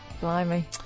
blimey